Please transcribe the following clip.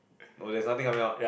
or there's nothing coming out